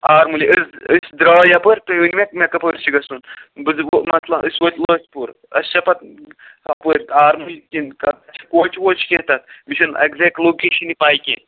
آرمُلہِ أسۍ أسۍ درٛاو یَپٲرۍ تُہۍ ؤنۍ مےٚ مےٚ کَپٲرۍ چھِ گژھُن بہٕ دِمہو مطلب أسۍ وٲتۍ اوٗنٛت پوٗر اَسہِ چھا پَتہٕ کَپٲرۍ آرملی کِنۍ اتہِ ما چھِ کوچہِ ووچہِ کیٚنٛہہ تَتھ مےٚ چھُنہٕ ایٚگزیکٹہٕ لوکیشَن یہِ پےَ کیٚنٛہہ